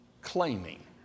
claiming